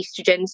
estrogens